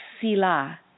sila